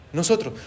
nosotros